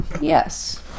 Yes